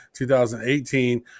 2018